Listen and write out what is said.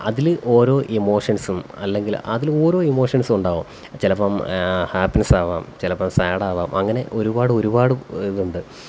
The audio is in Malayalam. അതില് ഓരോ ഇമോഷന്സും അല്ലെങ്കില് അതിലോരോ ഇമോഷന്സും ഉണ്ടാകും ചിലപ്പം ഹാപ്പിനെസ് ആവാം ചിലപ്പം സാഡ് ആവാം അങ്ങനെ ഒരുപാടൊരുപാട് ഇതുണ്ട്